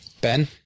Ben